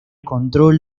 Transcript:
control